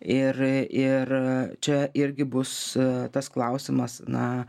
ir ir čia irgi bus tas klausimas na